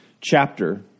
chapter